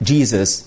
Jesus